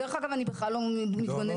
דרך אגב, אני בכלל לא מתגוננת.